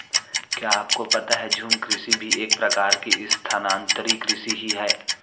क्या आपको पता है झूम कृषि भी एक प्रकार की स्थानान्तरी कृषि ही है?